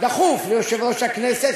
דחוף ליושב-ראש הכנסת,